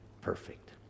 perfect